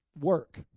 work